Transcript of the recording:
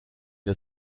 der